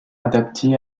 adaptée